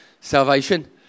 salvation